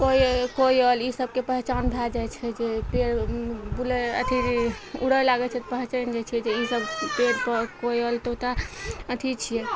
कोय कोयल ई सबके पहचान भए जाइ छै जे पेड़ बुलय अथी उड़ऽ लागय छै तऽ पहिचानि जाइ छियै जे ई सब पेड़पर कोयल तोता अथी छियै